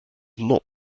not